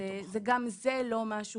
ברשותו